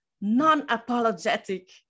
non-apologetic